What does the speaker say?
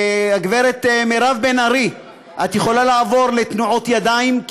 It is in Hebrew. גברת מירב בן ארי, את יכולה לעבור לתנועות ידיים?